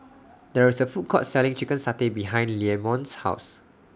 There IS A Food Court Selling Chicken Satay behind Leamon's House